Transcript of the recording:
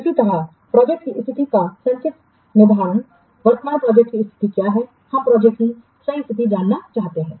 इसी तरह प्रोजेक्ट की स्थिति का संचित निर्धारण वर्तमान प्रोजेक्ट की स्थिति क्या है हम प्रोजेक्ट की सही स्थिति जानना चाहते हैं